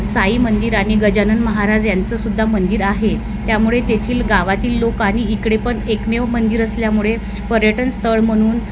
साई मंदिर आणि गजानन महाराज यांचं सुद्धा मंदिर आहे त्यामुळे तेथील गावातील लोक आणि इकडे पण एकमेव मंदिर असल्यामुळे पर्यटन स्थळ म्हणून